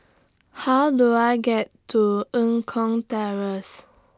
How Do I get to Eng Kong Terrace